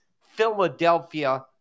Philadelphia